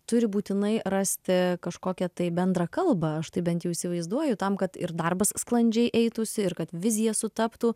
turi būtinai rasti kažkokią tai bendrą kalbą aš taip bent jau įsivaizduoju tam kad ir darbas sklandžiai eitųsi ir kad vizija sutaptų